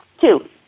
Two